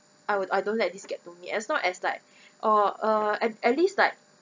I would I don't let this get to me as long as like oh uh at at least like